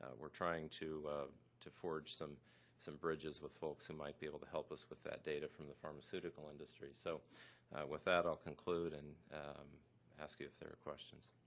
we're trying to to forge some some bridges with folks who might be able to help us with that data in the pharmaceutical industry. so with that, i'll conclude and ask you if there are questions.